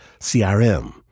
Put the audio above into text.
CRM